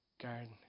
garden